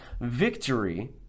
victory